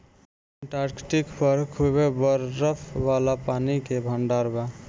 Antarctic पर खूबे बरफ वाला पानी के भंडार बा